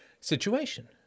situation